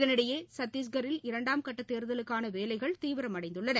இதனிடையே சத்திஷ்கரில் இரண்டாம் கட்டதேர்தலுக்கானவேலைகள் தீவிரமடைந்துள்ளன